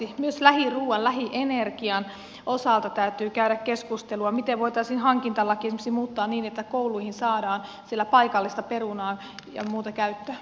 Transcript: myös lähiruoan ja lähienergian osalta täytyy käydä keskustelua miten voitaisiin hankintalakia esimerkiksi muuttaa niin että kouluihin saadaan paikallista perunaa ja muuta käyttöön